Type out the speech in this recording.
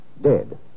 Dead